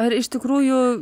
ar iš tikrųjų